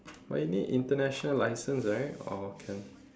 but you need international license right or can